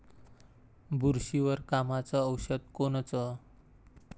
बुरशीवर कामाचं औषध कोनचं?